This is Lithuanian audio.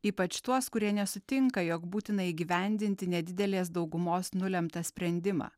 ypač tuos kurie nesutinka jog būtina įgyvendinti nedidelės daugumos nulemtą sprendimą